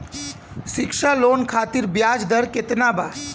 शिक्षा लोन खातिर ब्याज दर केतना बा?